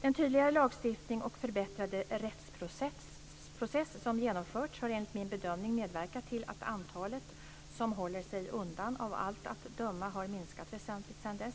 Den tydligare lagstiftning och förbättrade rättsprocess som genomförts har enligt min bedömning medverkat till att antalet som håller sig undan av allt att döma har minskat väsentligt sedan dess.